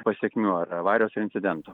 pasekmių ar avarijos incidento